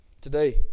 today